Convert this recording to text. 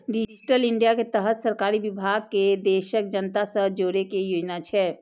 digital India के तहत सरकारी विभाग कें देशक जनता सं जोड़ै के योजना छै